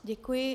Děkuji.